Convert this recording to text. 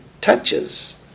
touches